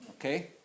Okay